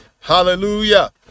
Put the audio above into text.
Hallelujah